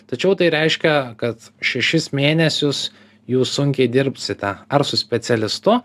tačiau tai reiškia kad šešis mėnesius jūs sunkiai dirbsite ar su specialistu